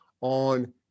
on